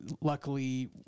luckily